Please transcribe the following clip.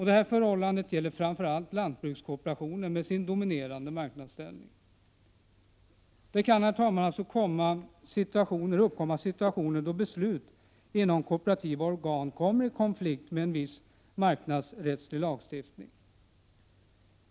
Det förhållandet gäller framför allt lantbrukskooperationen med sin dominerande marknadsställning. Det kan, herr talman, uppkomma situationer då beslut inom kooperativa organ kommer i konflikt med viss marknadsrättslig lagstiftning.